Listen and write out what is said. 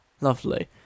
lovely